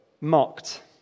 mocked